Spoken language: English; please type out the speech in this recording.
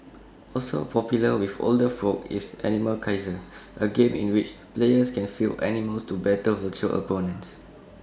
also popular with older folk is animal Kaiser A game in which players can field animals to battle virtual opponents